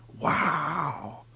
Wow